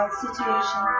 situation